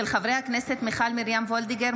חברי הכנסת מיכל מרים וולדיגר,